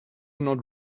not